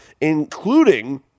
including